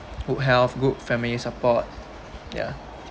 good health group family support ya